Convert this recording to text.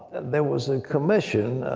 there was a commission,